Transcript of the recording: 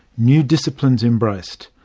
new disciplines embraced.